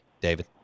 David